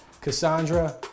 Cassandra